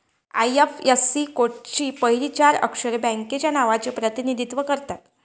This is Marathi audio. आय.एफ.एस.सी कोडची पहिली चार अक्षरे बँकेच्या नावाचे प्रतिनिधित्व करतात